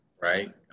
right